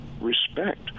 respect